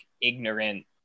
ignorant